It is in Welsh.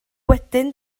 wedyn